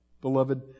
beloved